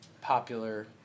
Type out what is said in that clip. popular